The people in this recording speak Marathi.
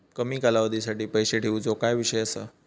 कमी कालावधीसाठी पैसे ठेऊचो काय विषय असा?